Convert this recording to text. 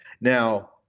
Now